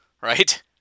right